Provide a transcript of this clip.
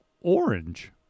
orange